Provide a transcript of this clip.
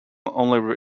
only